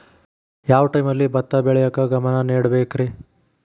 ಯಾವ್ ಟೈಮಲ್ಲಿ ಭತ್ತ ಬೆಳಿಯಾಕ ಗಮನ ನೇಡಬೇಕ್ರೇ?